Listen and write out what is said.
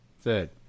Third